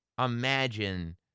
imagine